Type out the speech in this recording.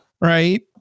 Right